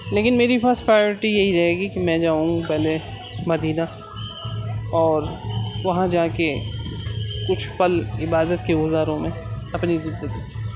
لیکن میری first priority یہی رہے گی کہ میں جاؤں پہلے مدینہ اور وہاں جا کے کچھ پل عبادت کے گذاروں میں اپنی زندگی کے